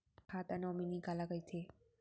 खाता नॉमिनी काला कइथे?